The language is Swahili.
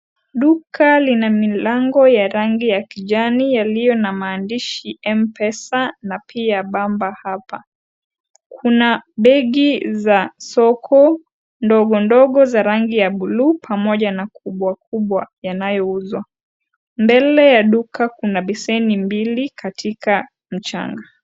Duka lina milango ya rangi ya kijani yaliyo na maandishi MPESA na pia BAMBA HAPA. Kuna begi za soko ndogo ndogo za rangi ya bluu pamoja na kubwa kubwa yanayouzwa. Mbele ya duka kuna beseni mbili katika mchana.